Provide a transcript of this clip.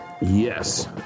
Yes